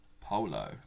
Polo